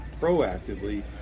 proactively